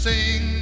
Sing